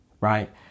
Right